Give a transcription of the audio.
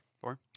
Four